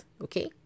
Okay